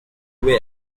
way